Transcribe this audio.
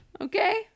Okay